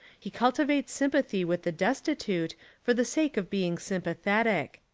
he cultivates sympathy with the destitute for the sake of being sympa thetic.